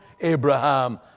Abraham